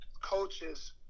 coaches